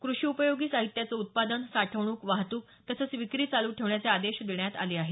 कृषी उपयोगी साहित्याचे उत्पादन साठवणूक वाहतूक तसंच विक्री चालू ठेवण्याचे आदेश देण्यात आले आहेत